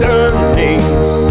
earnings